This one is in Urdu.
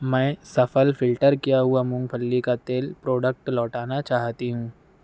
میں سفل فلٹر کیا ہوا مونگ پھلی کا تیل پروڈکٹ لوٹانا چاہتی ہوں